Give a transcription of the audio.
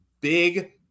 big